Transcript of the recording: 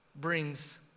brings